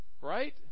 right